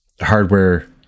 hardware